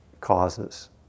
causes